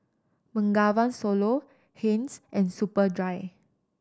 Bengawan Solo Heinz and Superdry